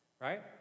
right